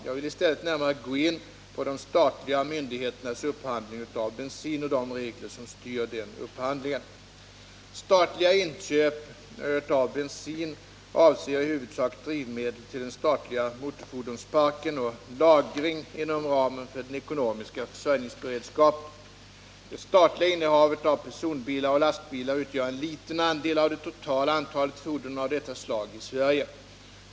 Jag vill i stället mera i detalj gå in på de statliga myndigheternas upphandling av bensin och de regler som styr denna upphandling. en liten andel av det totala antalet fordon av detta slag i Sverige.